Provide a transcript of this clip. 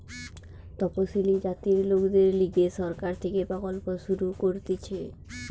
তপসিলি জাতির লোকদের লিগে সরকার থেকে প্রকল্প শুরু করতিছে